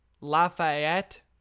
Lafayette